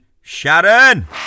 Sharon